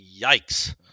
Yikes